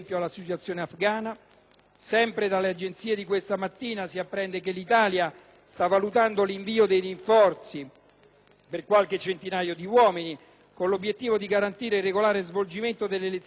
Sempre dalle agenzie di questa mattina, si apprende che l'Italia sta valutando l'invio di rinforzi, per qualche centinaio di uomini, con l'obiettivo di garantire il regolare svolgimento delle elezioni presidenziali afgane